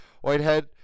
Whitehead